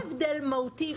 אין הבדל מהותי,